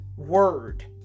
word